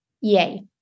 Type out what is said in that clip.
Yay